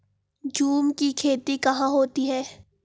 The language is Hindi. झूम की खेती कहाँ होती है?